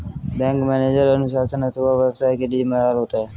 bank manager अनुशासन अथवा व्यवसाय के लिए जिम्मेदार होता है